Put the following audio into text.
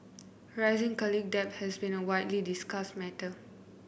rising college debt has been a widely discussed matter